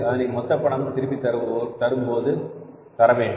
அதனை மொத்தம் பணம் திருப்பித் தரும்வரை தர வேண்டும்